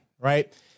right